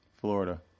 Florida